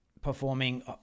performing